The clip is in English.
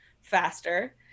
faster